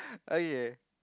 oh ya